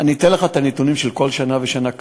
אני אתן לך את הנתונים של כל שנה ושנה,